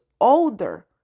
older